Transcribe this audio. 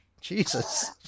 Jesus